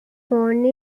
phone